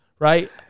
Right